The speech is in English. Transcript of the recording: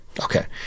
Okay